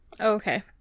Okay